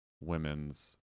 women's